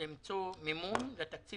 למצוא מימון כדי